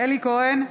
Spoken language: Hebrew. אלי כהן,